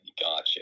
gotcha